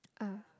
ah